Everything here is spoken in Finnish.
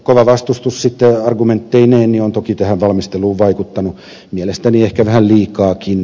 kova vastustus argumentteineen on toki valmisteluun vaikuttanut mielestäni ehkä vähän liikaakin